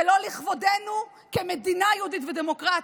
זה לא לכבודנו כמדינה יהודית ודמוקרטית,